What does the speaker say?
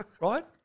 Right